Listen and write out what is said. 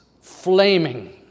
flaming